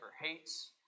hates